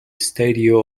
stadio